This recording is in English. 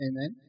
Amen